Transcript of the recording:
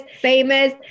famous